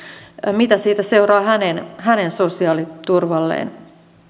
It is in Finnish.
mitä siitä seuraa hänen hänen sosiaaliturvalleen